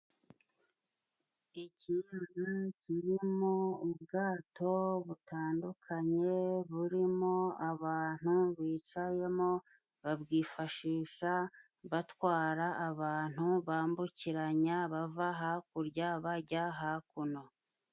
Ikiyaga kirimo ubwato butandukanye burimo abantu bicayemo, babwifashisha batwara abantu bambukiranya bava hakurya bajya hakuno.